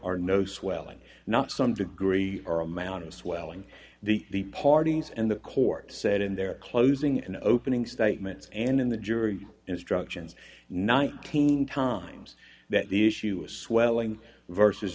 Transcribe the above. are no swelling not some degree or amount of swelling the the parties and the court said in their closing and opening statements and in the jury instructions nineteen times that the issue is swelling versus